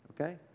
okay